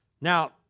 Now